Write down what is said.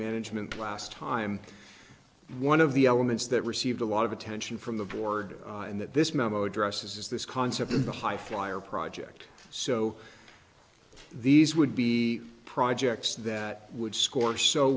management last time one of the elements that received a lot of attention from the board and that this memo addresses is this concept in the high flyer project so these would be projects that would score so